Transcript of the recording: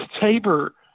Tabor –